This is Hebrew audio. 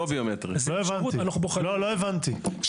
לא הבנתי.